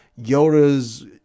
Yoda's